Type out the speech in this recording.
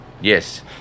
Yes